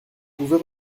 pouvez